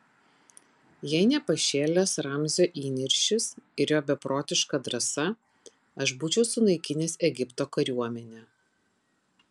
jei ne pašėlęs ramzio įniršis ir jo beprotiška drąsa aš būčiau sunaikinęs egipto kariuomenę